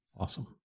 Awesome